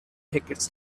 tickets